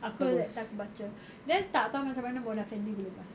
aku that time aku baca then tak tahu macam mana mona fandey boleh masuk